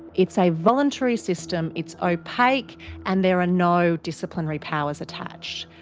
it's a voluntary system, it's opaque and there are no disciplinary powers attached.